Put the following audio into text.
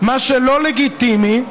מה שלא לגיטימי,